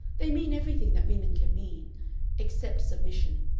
they mean everything that women can mean except submission.